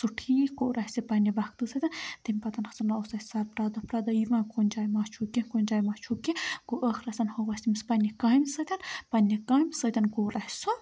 سُہ ٹھیٖک کوٚر اَسہِ پَننہِ وقتہٕ سۭتۍ تمہ پَتَن اوسَن سُہ اسہ پرٮ۪تھ دۄہ پرتھ دۄہ یِوان کُنہ جایہِ ما چھوٗ کینٛہہ کُنہ جایہِ ما چھو کینٛہہ گوٚو ٲخرَس ہوٚو اسہ تٔمِس پَننہِ کامہِ سۭتۍ پَننہِ کامہِ سۭتۍ کوٚر اسہ سُہ